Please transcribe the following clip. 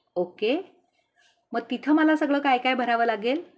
okay मग तिथं मला सगळं काय काय भरावं लागेल